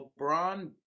LeBron